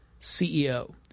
CEO